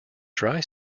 dry